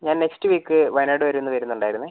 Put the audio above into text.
ഞാൻ next week Wayanad വരെ ഒന്ന് വരുന്നുണ്ടായിരുന്നു